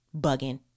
bugging